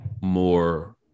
more